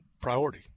priority